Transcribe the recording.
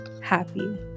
happy